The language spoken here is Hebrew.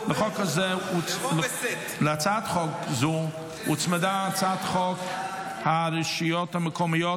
קובע כי הצעת חוק הצעת חוק הרשויות המקומיות